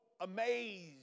amazed